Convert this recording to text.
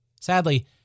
Sadly